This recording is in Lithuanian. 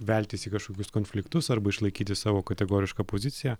veltis į kažkokius konfliktus arba išlaikyti savo kategorišką poziciją